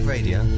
Radio